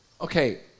Okay